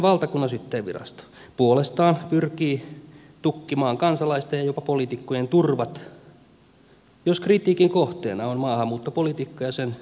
valtakunnansyyttäjänvirasto puolestaan pyrkii tukkimaan kansalaisten ja jopa poliitikkojen turvat jos kritiikin kohteena on maahanmuuttopolitiikka ja sen tuomat ongelmat